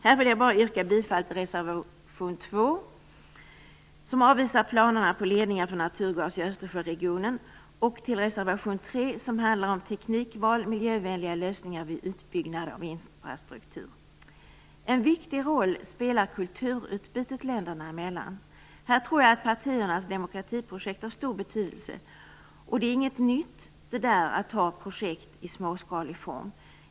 Här vill jag yrka bifall till reservation 2, som avvisar planerna på ledningar för naturgas i Östersjöregionen, och till reservation 3, som handlar om teknikval och miljövänliga lösningar vid utbyggnad av infrastruktur. En viktig roll spelar kulturutbytet länderna emellan. Här tror jag att partiernas demokratiprojekt har stor betydelse. Det är inget nytt att ha projekt i småskalig form.